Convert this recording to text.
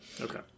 Okay